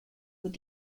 with